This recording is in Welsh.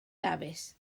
dafis